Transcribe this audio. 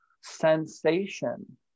sensation